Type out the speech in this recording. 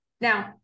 Now